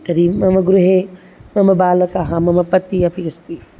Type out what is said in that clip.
तर्हि मम गृहे मम बालकः मम पतिः अपि अस्ति